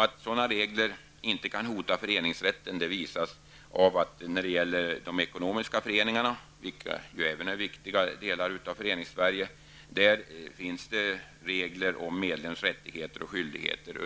Att sådana regler inte kan hota föreningsrätten visas av att det när det gäller de ekonomiska föreningarna, vilka ju är en mycket viktig del av Föreningssverige, finns regler om medlems rättigheter och skyldigheter. Dessa